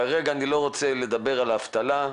כרגע אני לא רוצה לדבר על האבטלה,